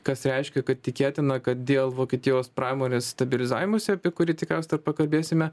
kas reiškia kad tikėtina kad dėl vokietijos pramonės stabilizavimosi apie kurį tikriaus dar pakalbėsime